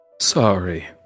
Sorry